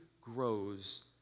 grows